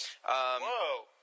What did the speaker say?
Whoa